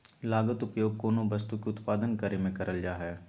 लागत उपयोग कोनो वस्तु के उत्पादन करे में करल जा हइ